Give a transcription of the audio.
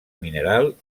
mineral